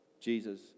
Jesus